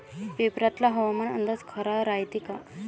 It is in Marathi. पेपरातला हवामान अंदाज खरा रायते का?